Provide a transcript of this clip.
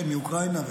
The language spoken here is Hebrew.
מאוקראינה,